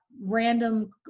Random